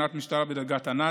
קצינת משטרה בדרגת תנ"צ,